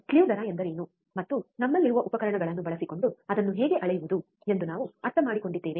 sleeve ದರ ಎಂದರೆ ಏನು ಮತ್ತು ನಮ್ಮಲ್ಲಿರುವ ಉಪಕರಣಗಳನ್ನು ಬಳಸಿಕೊಂಡು ಅದನ್ನು ಹೇಗೆ ಅಳೆಯುವುದು ಎಂದು ನಾವು ಅರ್ಥಮಾಡಿಕೊಂಡಿದ್ದೇವೆ